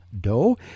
dough